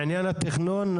בעניין התכנון,